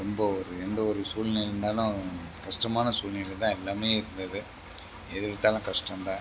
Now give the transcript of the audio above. ரொம்ப ஒரு எந்த ஒரு சூழ்நிலையில் இருந்தாலும் கஷ்டமான சூழ்நிலையில் தான் எல்லாமே இருந்தது எதையெடுத்தாலும் கஷ்டம் தான்